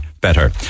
better